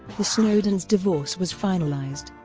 the snowdons' divorce was finalised.